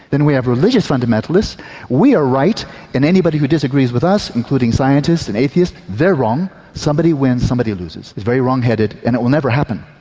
then we have religious fundamentalists we are right and anybody who disagrees with us, including scientists and atheists, they're wrong. somebody wins somebody loses. it's very wrong-headed and it will never happen.